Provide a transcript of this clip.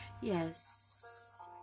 Yes